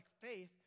faith